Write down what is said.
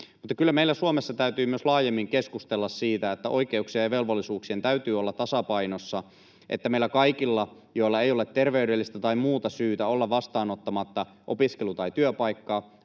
Kyllä meillä Suomessa täytyy myös laajemmin keskustella siitä, että oikeuksien ja velvollisuuksien täytyy olla tasapainossa, että meillä kaikilla, joilla ei ole terveydellistä tai muuta syytä olla vastaanottamatta opiskelu‑ tai työpaikkaa,